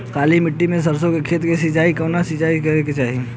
काली मिट्टी के सरसों के खेत क सिंचाई कवने चीज़से करेके चाही?